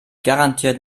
garantiert